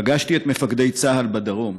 פגשתי את מפקדי צה"ל בדרום,